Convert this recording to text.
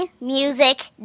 music